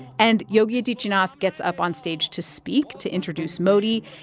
and yogi adityanath gets up on stage to speak, to introduce modi.